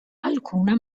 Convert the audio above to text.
alcuna